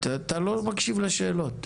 אתה לא מקשיב לשאלות.